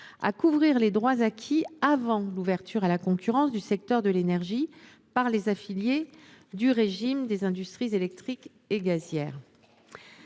de couvrir les droits acquis avant 2005, date de l’ouverture à la concurrence du secteur de l’énergie, par les affiliés du régime des industries électriques et gazières